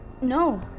No